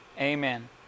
Amen